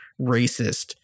racist